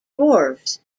dwarves